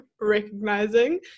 recognizing